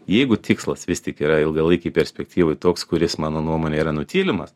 jeigu tikslas vis tik yra ilgalaikėj perspektyvoj toks kuris mano nuomone yra nutylimas